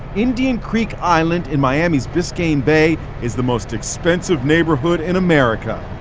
indian creek island in miami's biscayne bay is the most expensive neighborhood in america.